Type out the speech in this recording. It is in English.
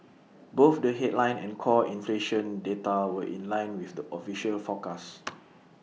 both the headline and core inflation data were in line with the official forecast